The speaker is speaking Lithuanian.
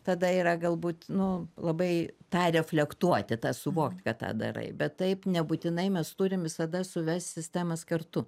tada yra galbūt nu labai tą reflektuoti tą suvokt kad tą darai bet taip nebūtinai mes turim visada suvest sistemas kartu